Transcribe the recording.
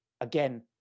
again